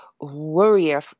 warrior